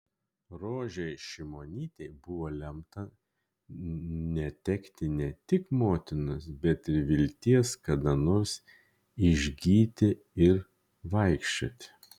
rožei šimonytei buvo lemta netekti ne tik motinos bet ir vilties kada nors išgyti ir vaikščioti